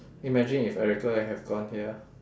imagine if erika have gone here